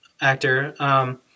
actor